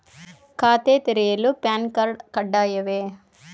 ಖಾತೆ ತೆರೆಯಲು PAN card ಕಡ್ಡಾಯವೇ?